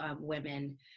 women